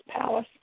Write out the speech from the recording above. Palace